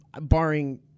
barring